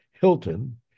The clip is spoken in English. Hilton